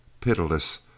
pitiless